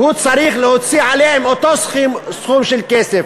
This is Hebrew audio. והוא צריך להוציא עליהם אותו סכום של כסף